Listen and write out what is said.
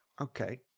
Okay